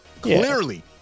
Clearly